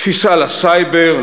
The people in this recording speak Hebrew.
תפיסה לסייבר,